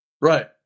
Right